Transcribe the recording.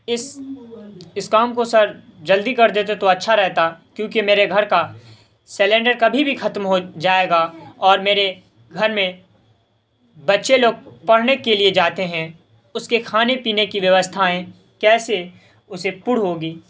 اس اس کام کو سر جلدی کر دیتے تو اچھا رہتا کیونکہ میرے گھر کا سلینڈر کبھی بھی ختم ہو جائے گا اور میرے گھر میں بچے لوگ پڑھنے کے لیے جاتے ہیں اس کے کھانے پینے کی ویوستھائیں کیسے اسے پر ہوگی